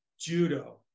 judo